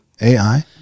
AI